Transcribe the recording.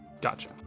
Gotcha